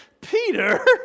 Peter